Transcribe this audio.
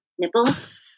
nipples